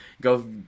go